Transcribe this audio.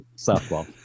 softball